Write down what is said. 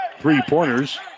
three-pointers